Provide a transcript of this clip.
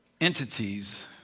entities